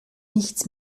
nichts